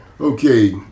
Okay